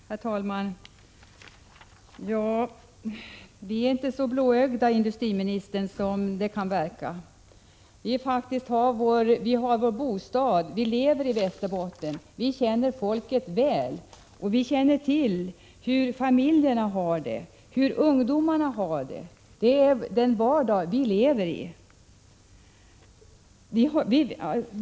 Herr talman! Vi är inte så blåögda, industriministern, som det kan verka. Vi har vår bostad och vi lever i Västerbotten. Vi känner folket väl. Vi känner till hur familjerna och ungdomarna har det, och vi känner till den vardag vi lever i.